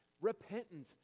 Repentance